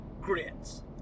grits